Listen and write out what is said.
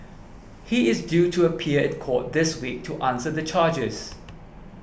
he is due to appear court this week to answer the charges